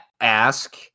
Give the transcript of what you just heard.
ask